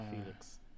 Felix